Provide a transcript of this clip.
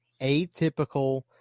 atypical